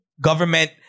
government